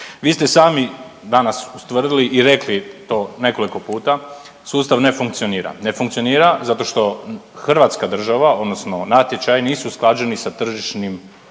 Vi ste sami danas ustvrdili i rekli to nekoliko puta sustav ne funkcionira. Ne funkcionira zato što hrvatska država odnosno natječaji nisu usklađeni sa tržišnim,